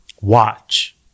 Watch